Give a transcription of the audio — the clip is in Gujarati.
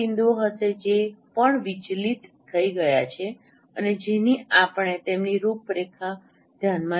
કેટલાક બિંદુઓ હશે જે પણ વિચલિત થઈ ગયા છે અને જેની આપણે તેમની રૂપરેખા ધ્યાનમાં લીધી છે